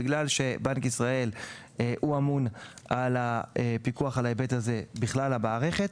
בגלל שבנק ישראל אמון על הפיקוח על ההיבט היציבותי בכלל המערכת.